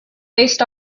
based